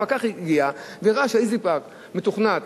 הפקח הגיע וראה שה"איזי פארק" מתוכנת